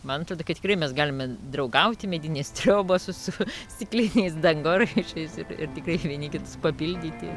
man atrodo kad tikrai mes galime draugauti medinės triobos su stikliniais dangoraižiais ir ir tikrai vieni kitus papildyti